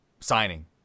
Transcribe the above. signing